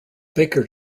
baker